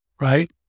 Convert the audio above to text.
right